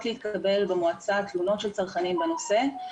להתקבל במועצה תלונות של צרכנים בנושא,